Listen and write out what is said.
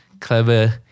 clever